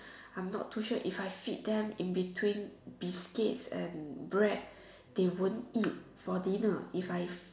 I'm not too sure if I feed them in between biscuits and bread they won't eat for dinner if I